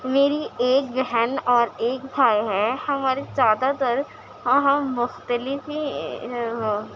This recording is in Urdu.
میری ایک بہن اور ایک بھائی ہیں ہمارے زیادہ تر ہم مختلف ہی ہیں